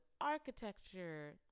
architecture